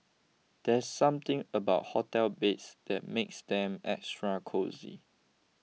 there's something about hotel beds that makes them extra cosy